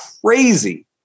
crazy